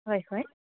হয় হয়